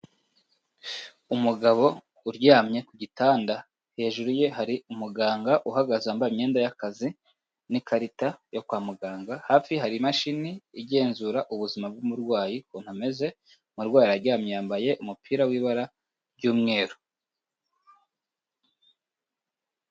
Umugabo uryamye ku gitanda hejuru ye hari umuganga uhagaze wambaye imyenda y'akazi n'ikarita yo kwa muganga, hafi ye hari imashini igenzura ubuzima bw'umurwayi ukuntu ameze, umurwayi araryamye yambaye umupira w'ibara ry'umweru.